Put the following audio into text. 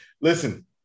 Listen